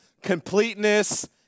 completeness